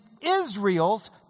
Israel's